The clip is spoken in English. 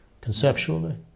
conceptually